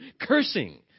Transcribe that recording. cursing